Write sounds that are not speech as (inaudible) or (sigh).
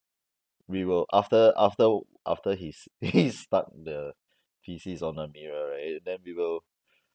we will after after after he's (laughs) he's stuck the feces on the mirror right then we will